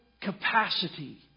capacity